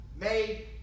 made